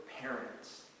parents